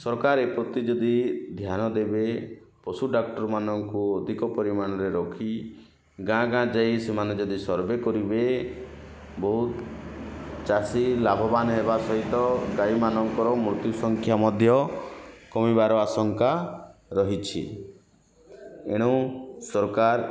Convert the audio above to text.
ସରକାର ଏପ୍ରତି ଯଦି ଧ୍ୟାନ ଦେବେ ପଶୁ ଡାକ୍ଟରମାନଙ୍କୁ ଅଧିକ ପରିମାଣରେ ରଖି ଗାଁ ଗାଁ ଯାଇ ସେମାନେ ଯଦି ସର୍ଭେ କରିବେ ବହୁତ ଚାଷୀ ଲାଭବାନ ହେବା ସହିତ ଗାଈମାନଙ୍କର ମୃତ୍ୟୁ ସଂଖ୍ୟା ମଧ୍ୟ କମିବାର ଆଶଙ୍କା ରହିଛି ଏଣୁ ସରକାର